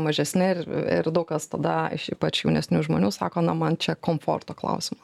mažesni ir ir daug kas tada ypač jaunesnių žmonių sako na man čia komforto klausimas